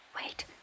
Wait